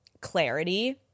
clarity